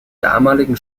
damaligen